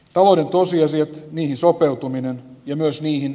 talouden tosiasiat niihin sopeutuminen ja myös niihin